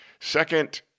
Second